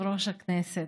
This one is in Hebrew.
אדוני יושב-ראש הכנסת,